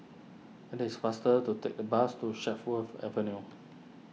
it is faster to take the bus to Chatsworth Avenue